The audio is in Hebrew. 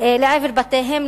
לעבר בתיהם,